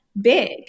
big